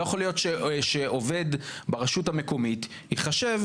לא יכול להיות שעובד ברשות המקומית ייחשב,